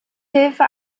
hilfe